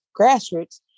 Grassroots